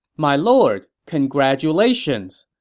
my lord, congratulations!